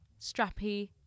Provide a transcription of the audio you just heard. strappy